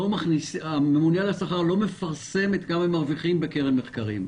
תזכור שהממונה על השכר לא מפרסם כמה רופאי המדינה מרוויחים בקרן מחקרים,